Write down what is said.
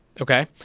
Okay